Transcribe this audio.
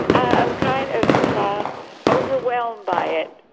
i'm kind of overwhelmed by it,